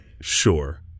Sure